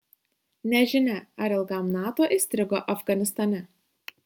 nežinia ar ilgam nato įstrigo afganistane